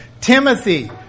Timothy